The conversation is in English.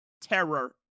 terror